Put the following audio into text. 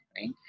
right